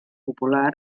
popular